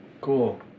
Cool